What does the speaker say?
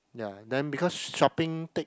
ya then because shopping take